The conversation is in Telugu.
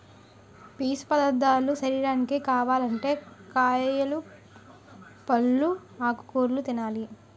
పీసు పదార్ధాలు శరీరానికి కావాలంటే కాయలు, పల్లు, ఆకుకూరలు తినాలి